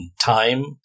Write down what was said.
Time